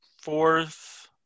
Fourth